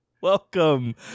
welcome